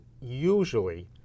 usually